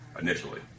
initially